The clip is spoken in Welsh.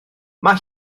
mae